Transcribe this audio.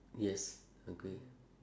yes agree